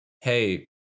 hey